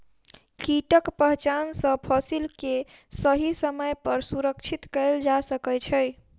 कीटक पहचान सॅ फसिल के सही समय पर सुरक्षित कयल जा सकै छै